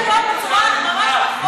בצורה ממש מכוערת.